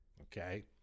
okay